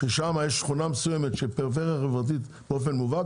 אם בלוד יש שכונה מסוימת של פריפריה חברתית באופן מובהק,